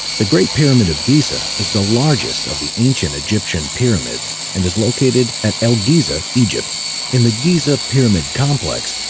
the great pyramid of giza is the largest of the ancient egyptian pyramids and is located at el giza, egypt in the giza pyramid complex,